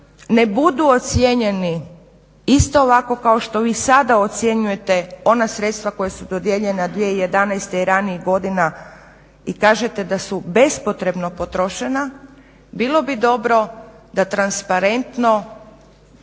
ne budu ocijenjeni isto ovako kao što vi sada ocjenjujete ona sredstva koja su dodijeljena 2011. i ranijih godina i kažete da su bespotrebno potrošena bilo bi dobro da transparentno